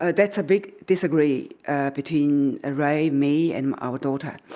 that's a big disagree between and ray, me and our daughter.